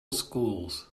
schools